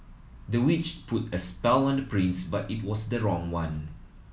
the witch put a spell on the prince but it was the wrong one